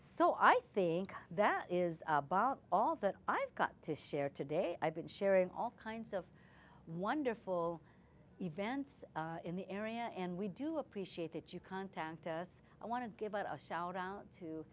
so i think that is about all that i've got to share today i've been sharing all kinds of wonderful events in the area and we do appreciate that you contact us i want to give a shout out to